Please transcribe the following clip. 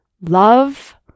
love